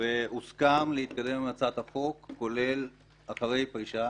והוסכם להתקדם עם הצעת החוק כולל אחרי הפרישה